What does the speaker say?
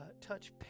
Touch